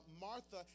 Martha